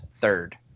third